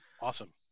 Awesome